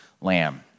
lamb